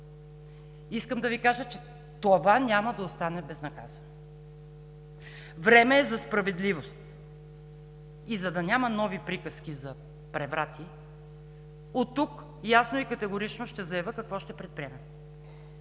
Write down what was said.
Искам да Ви кажа, че това няма да остане безнаказано. Време е за справедливост. И за да няма нови приказки за преврати, оттук ясно и категорично ще заявя какво ще предприемем,